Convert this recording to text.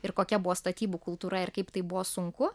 ir kokia buvo statybų kultūra ir kaip tai buvo sunku